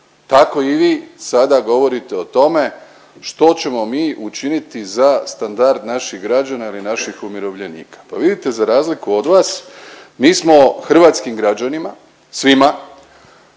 tako i vi sada govorite o tome što ćemo mi učiniti za standard naših građana ili naših umirovljenika. Pa vidite, za razliku od vas mi smo hrvatskim građanima, svima